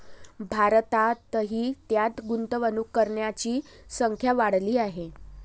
भारतातही त्यात गुंतवणूक करणाऱ्यांची संख्या वाढली आहे